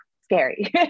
scary